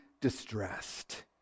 distressed